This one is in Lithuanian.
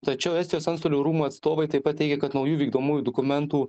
tačiau estijos antstolių rūmų atstovai taip pat teigė kad naujų vykdomųjų dokumentų